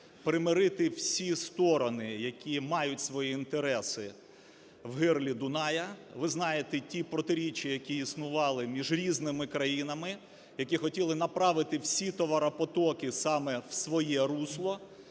примирити всі сторони, які мають свої інтереси в гирлі Дунаю. Ви знаєте ті протиріччя, які існували між різними країнами, які хотіла направити всі товаропотоки саме в своє русло.